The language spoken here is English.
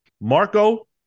Marco